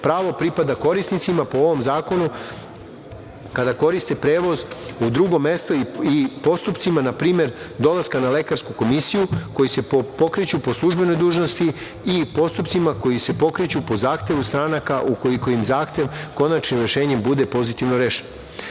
Pravo pripada korisnicima, po ovom zakonu, kada koriste prevoz u drugom mestu i postupcima, na primer, dolaska na lekarsku komisiju, koji se pokreću po službenoj dužnosti i postupcima koji se pokreću po zahtevu stranaka ukoliko im zahtev konačnim rešenjem bude pozitivno